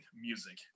music